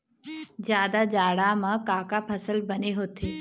जादा जाड़ा म का का फसल बने होथे?